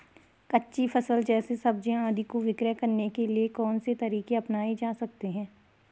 कच्ची फसल जैसे सब्जियाँ आदि को विक्रय करने के लिये कौन से तरीके अपनायें जा सकते हैं?